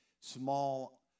small